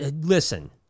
listen